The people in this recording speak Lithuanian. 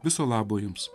viso labo jums